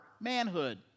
manhood